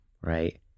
right